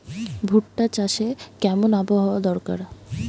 ভুট্টা চাষে কেমন আবহাওয়া দরকার?